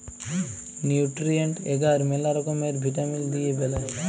nutrient এগার ম্যালা রকমের ভিটামিল দিয়ে বেলায়